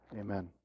Amen